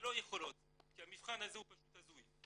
ולא יכולות כי המבחן הזה הוא פשוט הזוי,